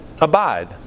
abide